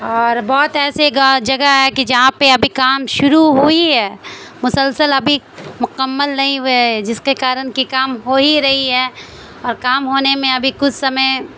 اور بہت ایسے گا جگہ ہے کہ جہاں پہ ابھی کام شروع ہوئی ہے مسلسل ابھی مکمل نہیں ہوئے ہے جس کے کارن کہ کام ہو ہی رہی ہے اور کام ہونے میں ابی کچھ سمے